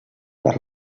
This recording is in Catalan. perd